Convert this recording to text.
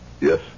Yes